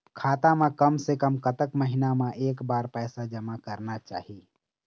खाता मा कम से कम कतक महीना मा एक बार पैसा जमा करना चाही?